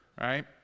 right